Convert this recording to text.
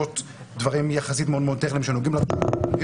- דברים יחסית מאוד-מאוד טכניים שנוגעים לרשויות המקומיות